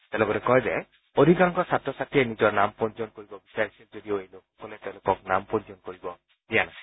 তেওঁ লগতে কয় যে অধিকাংশ ছাত্ৰ ছাত্ৰীয়ে প্ৰকৃততে নিজৰ নাম পঞ্জীয়ন কৰিব বিচাৰিছিল যদিও এই লোকসকলে তেওঁলোকক নাম পঞ্জীয়ন কৰিব দিয়া নাছিল